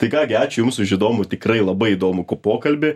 tai ką gi ačiū jums už įdomų tikrai labai įdomų kų pokalbį